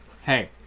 Hey